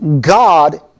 God